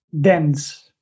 dense